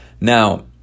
Now